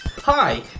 Hi